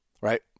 Right